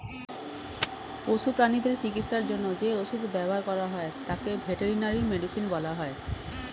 পশু প্রানীদের চিকিৎসার জন্য যে ওষুধ ব্যবহার করা হয় তাকে ভেটেরিনারি মেডিসিন বলা হয়